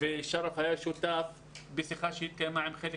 ושרף היה שותף לשיחה שהתקיימה עם חלק